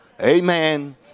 Amen